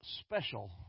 special